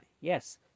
Yes